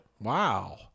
Wow